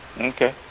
Okay